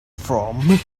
from